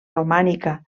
romànica